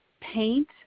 paint